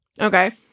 Okay